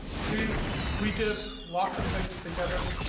she we did lots of things together.